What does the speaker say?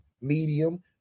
medium